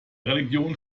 religion